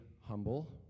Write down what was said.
humble